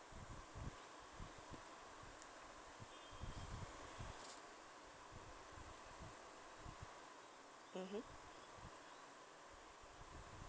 mm